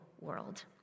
world